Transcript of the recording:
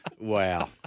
Wow